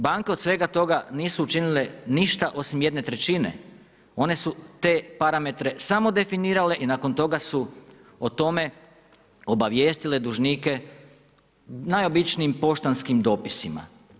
Banke od svega toga nisu učinile ništa osim 1/3, one su te parametre samo definirale i nakon toga su o tome obavijestile dužnike najobičnijim poštanskim dopisima.